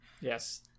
Yes